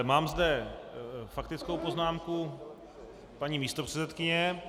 Mám zde faktickou poznámku paní místopředsedkyně.